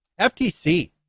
ftc